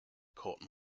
court